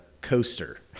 Coaster